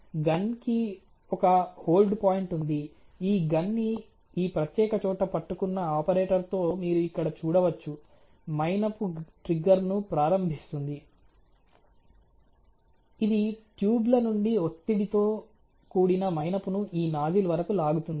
gun కి ఒక hold point ఉంది ఈ గన్ ని ఈ ప్రత్యేక చోట పట్టుకున్న ఆపరేటర్తో మీరు ఇక్కడ చూడవచ్చు మైనపు ట్రిగ్గర్ను ప్రారంభిస్తుంది ఇది ట్యూబ్ ల నుండి ఒత్తిడితో కూడిన మైనపును ఈ నాజిల్ వరకు లాగుతుంది